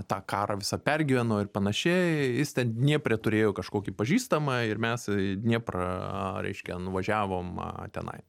tą karą visą pergyveno ir panašiai jis ten dniepre turėjo kažkokį pažįstamą ir mes į dnieprą reiškia nuvažiavom tenai